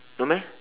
no meh